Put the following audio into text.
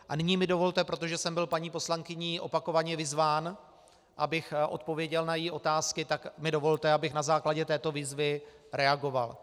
A nyní mi dovolte, protože jsem byl paní poslankyní opakovaně vyzván, abych odpověděl na její otázky, abych na základě této výzvy reagoval.